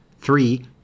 Three